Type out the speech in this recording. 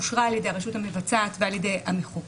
אושרה על ידי הרשות המבצעת ועל ידי המחוקקת,